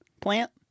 plant